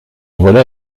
voilà